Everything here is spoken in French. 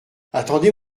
attendez